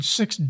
six